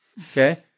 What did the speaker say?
okay